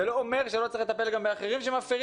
זה לא אומר שלא צריך לטפל גם באחרים שמפרים